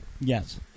yes